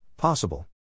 Possible